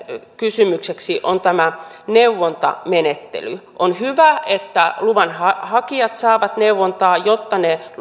kysymykseksi on tämä neuvontamenettely on hyvä että luvanhakijat saavat neuvontaa jotta